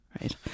right